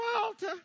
Walter